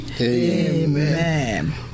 Amen